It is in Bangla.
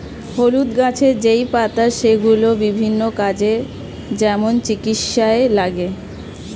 হলুদ গাছের যেই পাতা সেগুলো বিভিন্ন কাজে, যেমন চিকিৎসায় লাগে